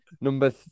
Number